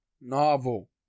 Novel